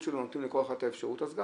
זה צריך